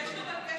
יש בקשות.